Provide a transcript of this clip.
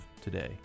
today